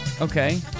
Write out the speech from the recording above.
okay